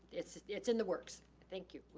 it's it's in the works. thank you.